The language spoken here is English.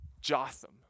Jotham